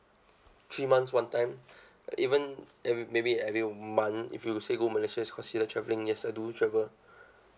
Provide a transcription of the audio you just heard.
three months one time even if maybe every month if you say go malaysia is considered travelling yes I do travel